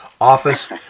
office